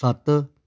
ਸੱਤ